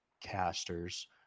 casters